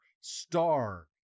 star